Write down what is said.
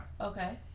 Okay